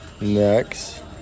Next